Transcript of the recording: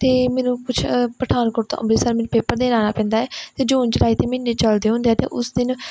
ਅਤੇ ਮੈਨੂੰ ਪਛਾ ਪਠਾਨਕੋਟ ਤੋਂ ਅੰਮ੍ਰਿਤਸਰ ਮੈਨੂੰ ਪੇਪਰ ਦੇਣ ਆਉਣਾ ਪੈਂਦਾ ਹੈ ਇਹ ਜੂਨ ਜੁਲਾਈ ਦੇ ਮਹੀਨੇ ਚਲਦੇ ਹੁੰਦੇ ਆ ਅਤੇ ਉਸ ਦਿਨ